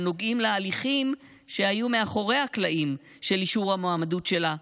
אלא נוגעים להליכים שהיו מאחורי הקלעים של אישור המועמדות שלה,